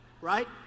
right